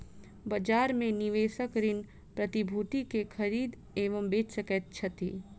बजार में निवेशक ऋण प्रतिभूति के खरीद एवं बेच सकैत छथि